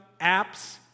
apps